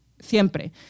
Siempre